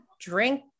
drink